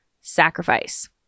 sacrifice